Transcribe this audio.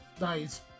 nice